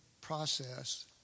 process